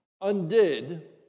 undid